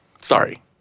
Sorry